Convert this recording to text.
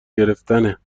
گرفتنه